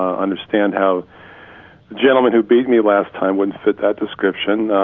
ah understand how gentleman who beat me last time when fit that description